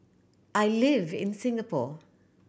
I live in Singapore